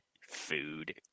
Food